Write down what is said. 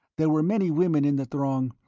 there were many women in the throng,